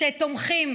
את פגעת בה,